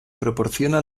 proporciona